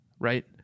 Right